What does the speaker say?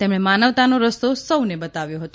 તેમકો માનવતાનો રસ્તો સૌને બતાવ્યો હતો